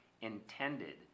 intended